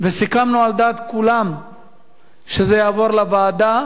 וסיכמנו על דעת כולם שזה יעבור לוועדה,